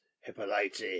Hippolyte